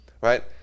right